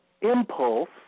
impulse